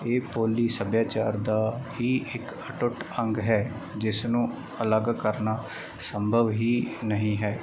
ਇਹ ਬੋਲੀ ਸੱਭਿਆਚਾਰ ਦਾ ਹੀ ਇੱਕ ਅਟੁੱਟ ਅੰਗ ਹੈ ਜਿਸ ਨੂੰ ਅਲੱਗ ਕਰਨਾ ਸੰਭਵ ਹੀ ਨਹੀਂ ਹੈ